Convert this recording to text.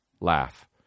laugh